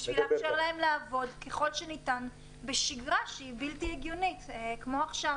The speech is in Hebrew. כדי לאפשר להם לעבוד ככל שניתן בשגרה שהיא בלתי הגיונית כפי שהיא עכשיו.